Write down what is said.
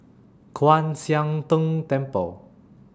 Kwan Siang Tng Temple